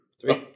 Three